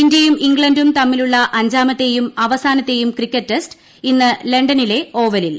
ഇന്ത്യയും ഇംഗ്ലണ്ടും തമ്മിലുള്ള അഞ്ചാമത്തേയും അവസാനത്തേയും ക്രിക്കറ്റ് ടെസ്റ്റ് ഇന്ന് ലണ്ടനിലെ ഓവലിൽ